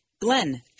Glenn